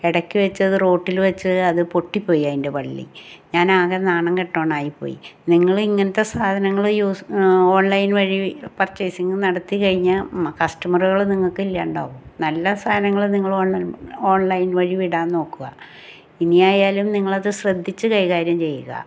ഇടയ്ക്ക് വെച്ച് അത് റോട്ടില് വെച്ച് അത് പൊട്ടിപ്പോയി അതിൻ്റെ വള്ളി ഞാനാകെ നാണം കെട്ടുകൊണ്ടായി പോയി നിങ്ങളിങ്ങനത്തെ സാധനങ്ങള് യൂസ് ഓൺലൈൻ വഴി പർച്ചെയ്സിങ് നടത്തിക്കഴിഞ്ഞാൽ മ്മ കസ്റ്റമറ്കള് നിങ്ങൾക്ക് ഇല്ലാണ്ടാകും നല്ല സാധനങ്ങളും നിങ്ങള് ഓൺലൈ ഓൺലൈൻ വഴി വിടാൻ നോക്കുക ഇനിയായാലും നിങ്ങളത് ശ്രദ്ധിച്ച് കൈകാര്യം ചെയ്യുക